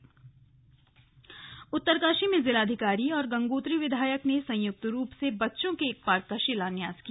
slug जिलाधिकारी शिलान्यास उत्तरकाशी में जिलाधिकारी और गंगोत्री विधायक ने संयुक्त रूप से बच्चों के एक पार्क का शिलान्यास किया